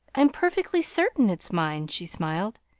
i'm perfectly certain it's mine, she smiled.